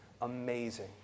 Amazing